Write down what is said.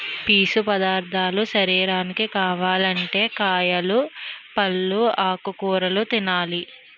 పీసు పదార్ధాలు శరీరానికి కావాలంటే కాయలు, పల్లు, ఆకుకూరలు తినాలి